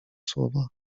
słowa